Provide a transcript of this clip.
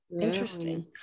Interesting